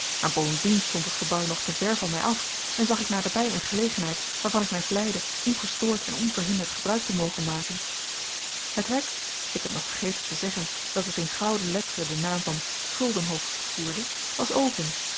maar bovendien stond dat gebouw nog te ver van mij af en zag ik naderbij een gelegenheid waarvan ik mij vleide ongestoord en onverhinderd gebruik te mogen maken het hek ik heb nog vergeten te zeggen dat het in gouden letteren den naam van guldenhof voerde was